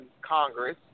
Congress